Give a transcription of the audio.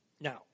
Now